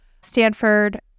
Stanford